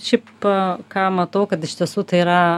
šiaip ką matau kad iš tiesų tai yra